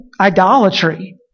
idolatry